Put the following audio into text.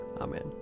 Amen